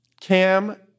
Cam